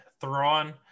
Thrawn